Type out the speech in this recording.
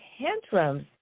tantrums